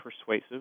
persuasive